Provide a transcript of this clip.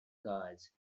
guards